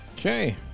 Okay